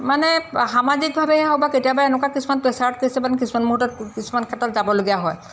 মানে সামাজিকভাৱে হওক বা কেতিয়াবা এনেকুৱা কিছুমান প্ৰেছাৰত কিছুমান কিছুমান মূহূৰ্তত কিছুমান ক্ষেত্ৰত যাবলগীয়া হয়